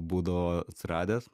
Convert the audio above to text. būdavo atsiradęs